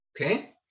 Okay